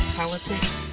politics